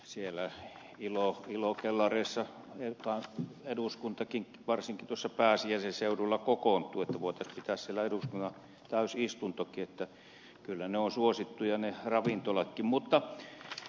siellä ilokellareissa eduskuntakin varsinkin tuossa pääsiäisen seudulla kokoontui että voitaisiin pitää siellä eduskunnan täysistuntokin että kyllä ne ovat suosittuja ne ravintolatkin